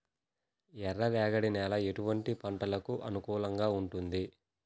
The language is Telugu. ఎర్ర రేగడి నేల ఎటువంటి పంటలకు అనుకూలంగా ఉంటుంది?